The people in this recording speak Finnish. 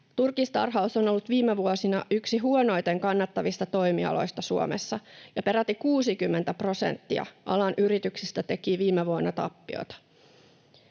Turkistarhaus on ollut viime vuosina yksi huonoiten kannattavista toimialoista Suomessa, ja peräti 60 prosenttia alan yrityksistä teki viime vuonna tappiota.